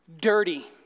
dirty